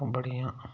ओह् बड़ियां